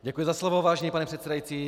Děkuji za slovo, vážený pane předsedající.